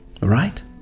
Right